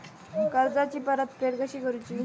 कर्जाची परतफेड कशी करूची?